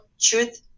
truth